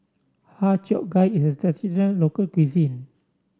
Har Cheong Gai is a traditional local cuisine